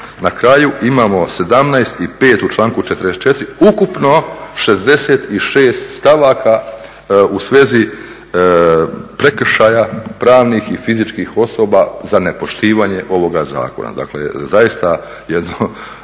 na kraju imamo 17 i 5 u članku 44. ukupno 66 stavaka u svezi prekršaja pravnih i fizičkih osoba za nepoštivanje ovoga zakona. Dakle zaista jedna